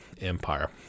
empire